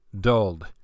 dulled